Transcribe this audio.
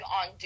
on